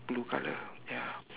blue color ya